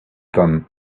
done